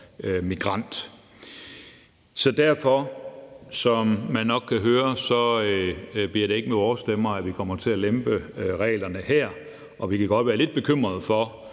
migrant. Derfor, som man nok kan høre, bliver det ikke med vores stemmer, at vi kommer til at lempe reglerne her, og vi kan godt være lidt bekymret for